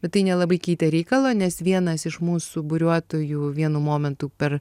bet tai nelabai keitė reikalo nes vienas iš mūsų buriuotojų vienu momentu per